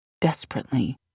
desperately